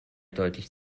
deutlich